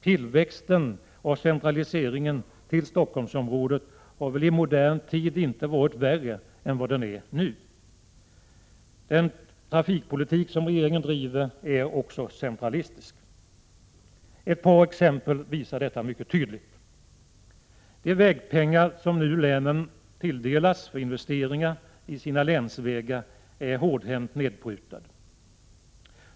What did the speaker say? Tillväxten och centraliseringen när det gäller Stockholmsområdet har väl i modern tid inte varit värre än som nu är fallet. Den trafikpolitik som regeringen driver är också centralistisk. Ett par exempel visar detta mycket tydligt. De vägpengar som länen nu tilldelas för investeringar i sina länsvägar är hårdhänt nedprutade.